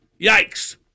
Yikes